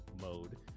mode